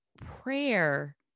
prayer